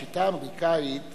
בשיטה האמריקנית